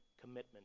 commitment